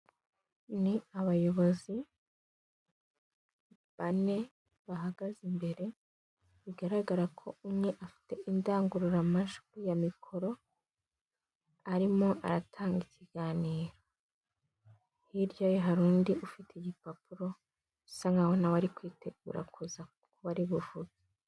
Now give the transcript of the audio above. Ni abayobozi bane bahagaze imbere, bigaragara ko umwe afite indangururamajwi ya mikoro, arimo aratanga ikiganiro, hirya ye hari undi ufite igipapuro bisa nkaho nawe kwitegura kuza kuba ari buvuge.